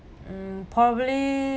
um probably